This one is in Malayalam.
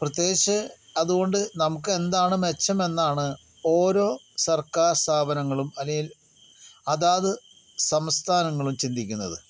പ്രത്യേകിച്ച് അതുകൊണ്ട് നമുക്ക് എന്താണ് മെച്ചം എന്നാണ് ഓരോ സർക്കാർ സ്ഥാപനങ്ങളും അല്ലെങ്കിൽ അതാത് സംസ്ഥാനങ്ങളും ചിന്തിക്കുന്നത്